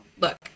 Look